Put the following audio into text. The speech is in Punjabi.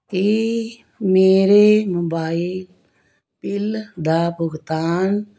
ਕੀ ਮੇਰੇ ਮੋਬਾਈਲ ਬਿੱਲ ਦਾ ਭੁਗਤਾਨ